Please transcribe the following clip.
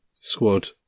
squad